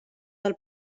del